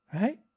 right